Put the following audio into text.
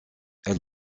elle